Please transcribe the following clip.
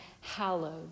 hallowed